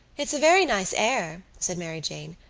it's a very nice air, said mary jane.